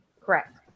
Correct